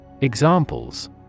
Examples